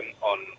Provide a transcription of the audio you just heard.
on